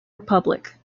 republic